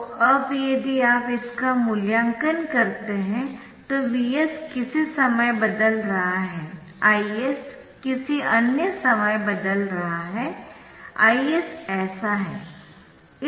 तो अब यदि आप इसका मूल्यांकन करते है तो Vs किसी समय बदल रहा है Is किसी अन्य समय बदल रहा है Is ऐसा है